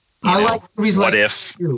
what-if